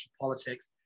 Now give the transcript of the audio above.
politics